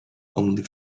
only